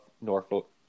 Norfolk